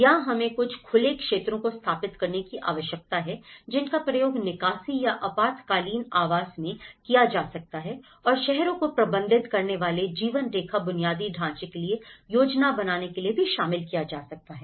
यहां हमें कुछ खुले क्षेत्रों को स्थापित करने की आवश्यकता है जिनका प्रयोग निकासी या आपातकालीन आवास में किया जा सकता है और शहरों को प्रबंधित करने वाले जीवनरेखा बुनियादी ढांचे के लिए योजना बनाने के लिए भी शामिल किया जा सकता है